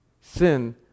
Sin